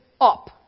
up